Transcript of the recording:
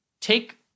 take